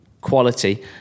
quality